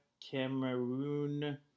Cameroon